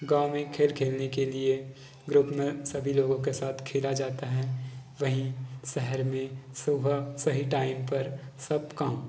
गाँव में खेल खेलने के लिए ग्रुप में सभी लोगों के साथ खेला जाता है वहीं शहर में सुबह सही टाईम पर सब काम